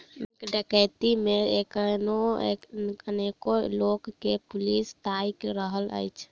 bank डकैती मे एखनो अनेको लोक के पुलिस ताइक रहल अछि